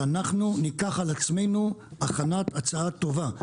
שאנחנו ניקח על עצמנו הכנת הצעה טובה.